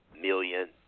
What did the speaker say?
million